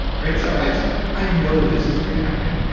right? so i i know this is going to happen.